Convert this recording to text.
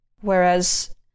whereas